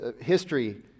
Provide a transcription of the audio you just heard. history